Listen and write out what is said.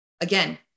again